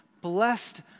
Blessed